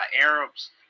Arabs